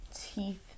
teeth